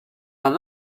bat